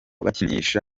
bakinisha